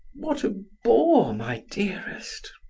what a bore, my dearest!